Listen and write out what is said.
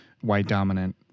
white-dominant